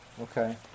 Okay